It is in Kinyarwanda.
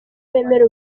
bemera